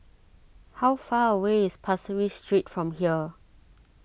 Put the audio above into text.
how far away is Pasir Ris Street from here